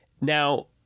Now